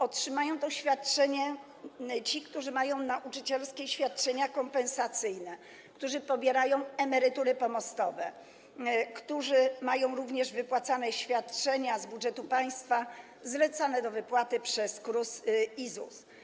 Otrzymają to świadczenie ci, którzy mają nauczycielskie świadczenia kompensacyjne, którzy pobierają emerytury pomostowe, którzy mają również wypłacane świadczenia z budżetu państwa zlecane do wypłaty przez KRUS i ZUS.